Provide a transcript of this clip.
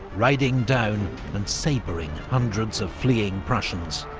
riding down and sabreing hundreds of fleeing prussians.